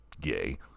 gay